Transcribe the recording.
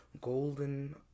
golden